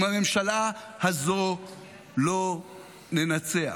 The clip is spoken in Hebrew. עם הממשלה הזאת לא ננצח.